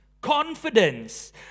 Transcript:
confidence